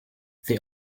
they